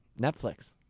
Netflix